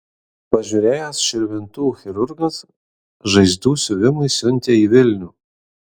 pažiūrėjęs širvintų chirurgas žaizdų siuvimui siuntė į vilnių